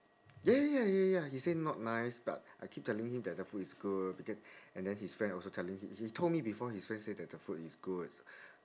ya ya ya ya ya he say not nice but I keep telling him that the food is good because and then his friend also telling him he he told me before his friend say that the food is good